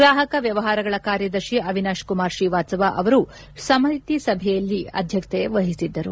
ಗ್ರಾಹಕ ವ್ಲವಹಾರಗಳ ಕಾರ್ಯದರ್ಶಿ ಅವಿನಾಶ್ ಕುಮಾರ್ ಶ್ರೀವಾತ್ವವ ಅವರು ಸಮಿತಿ ಸಭೆಯ ಅಧ್ಯಕ್ಷತೆ ವಹಿಸಿದ್ದರು